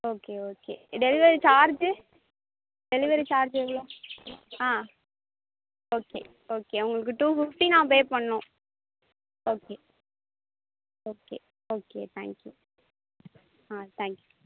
okay okay delivery charge delivery charge எவ்வளோ ஆ okay okay உங்களுக்கு டு பிப்டி நான் பே பண்ணணும் okay okay okay thank you ah thank you